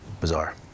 bizarre